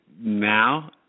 now